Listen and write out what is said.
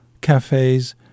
cafes